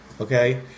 okay